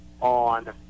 on